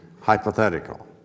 hypothetical